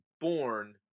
born